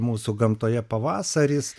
mūsų gamtoje pavasaris